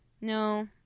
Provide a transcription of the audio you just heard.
No